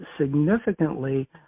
significantly